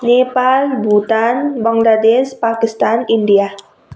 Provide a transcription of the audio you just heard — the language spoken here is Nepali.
नेपाल भुटान बङ्लादेश पाकिस्तान इन्डिया